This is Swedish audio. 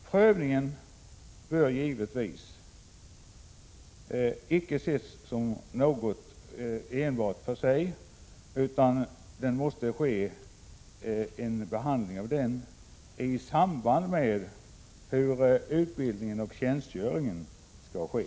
Prövningen bör givetvis icke ses som något enbart för sig, utan den måste göras i samband med behandlingen av hur utbildningen och tjänstgöringen skall ske.